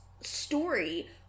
story